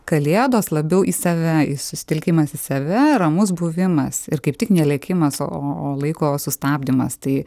kalėdos labiau į save į susitelkimas į save ramus buvimas ir kaip tik ne lėkimas o o o laiko sustabdymas tai